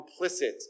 complicit